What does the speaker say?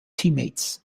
teammates